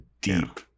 deep